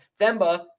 Themba